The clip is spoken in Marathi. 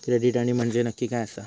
क्रेडिट कार्ड म्हंजे नक्की काय आसा?